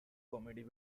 comedy